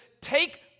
take